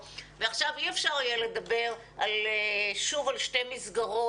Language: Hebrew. ועכשיו אי אפשר יהיה לדבר שוב על שתי מסגרות,